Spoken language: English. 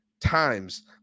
times